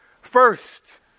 first